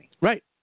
Right